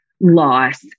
loss